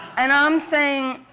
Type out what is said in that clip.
and i'm saying,